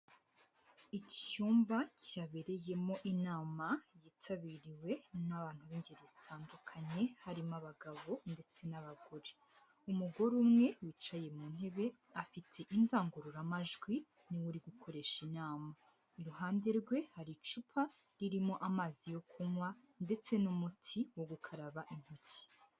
Icyumba cyabereyemo inama yitabiriwe n'abantu b'ingeri zitandukanye, harimo abagabo ndetse n'abagore, umugore umwe wicaye mu ntebe afite indangururamajwi ni we uri gukoresha inama, iruhande rwe hari icupa ririmo amazi yo kunywa ndetse n'umuti wo gukaraba intoki.